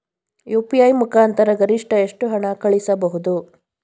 UPI ಮುಖಾಂತರ ಗರಿಷ್ಠ ಎಷ್ಟು ಹಣ ಕಳಿಸಬಹುದು?